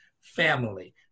family